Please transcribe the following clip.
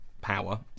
power